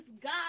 God